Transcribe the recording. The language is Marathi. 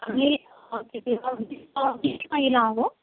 आम्ही महिला आहो